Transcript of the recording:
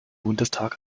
bundestag